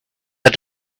had